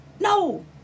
No